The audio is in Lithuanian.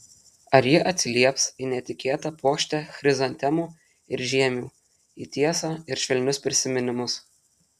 ar ji atsilieps į netikėtą puokštę chrizantemų ir žiemių į tiesą ir švelnius prisiminimus